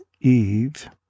Eve